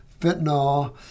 fentanyl